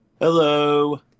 Hello